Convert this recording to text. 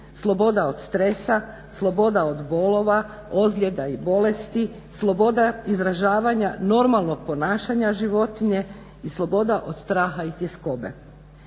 sloboda od stresa, sloboda od bolova, ozljeda i bolesti, sloboda izražavanja normalnog ponašanja životinja i sloboda od straha i tjeskobe.